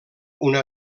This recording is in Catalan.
una